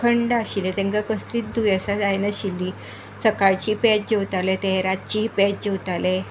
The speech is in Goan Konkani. अखंड आशिल्ले तांकां कसलीच दुयेसां जायनाशिल्ली सकाळचीं पेज जेवताले ते रातचीय पेज जेवताले